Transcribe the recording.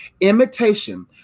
imitation